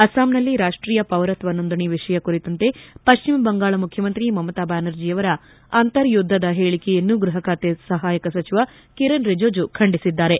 ಅಸ್ಲಾಂನಲ್ಲಿ ರಾಷ್ಟೀಯ ಪೌರತ್ವ ನೋಂದಣಿ ವಿಷಯ ಕುರಿತಂತೆ ಪಶ್ಚಿಮ ಬಂಗಾಳ ಮುಖ್ಯಮಂತ್ರಿ ಮಮತಾ ಬ್ಯಾನರ್ಜಿಯವರ ಅಂತರ್ಯುದ್ಧದ ಹೇಳಿಕೆಯನ್ನು ಗೃಹ ಖಾತೆ ಸಹಾಯಕ ಸಚಿವ ಕಿರೇನ್ ರಿಜಿಜು ಖಂಡಿಸಿದ್ದಾರೆ